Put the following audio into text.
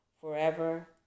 forever